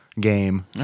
game